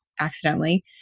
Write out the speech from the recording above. accidentally